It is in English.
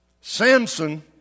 Samson